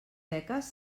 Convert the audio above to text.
beques